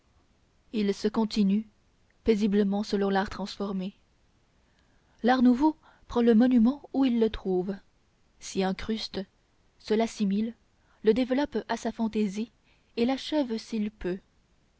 ils se continuent paisiblement selon l'art transformé l'art nouveau prend le monument où il le trouve s'y incruste se l'assimile le développe à sa fantaisie et l'achève s'il peut